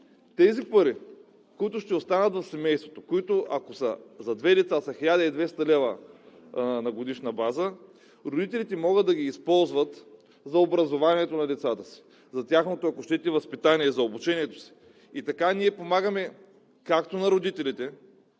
тези пари, които ще останат в семейството и които за две деца са 1200 лв. на годишна база, родителите могат да ги използват за образованието на децата си, за тяхното възпитание, за обучението им. Така ние помагаме както на родителите,